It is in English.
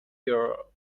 your